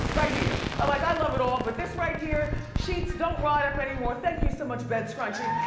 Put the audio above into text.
right here, i like, i love it all but this right here, sheets don't ride up anymore thank you so much bed scrunchie.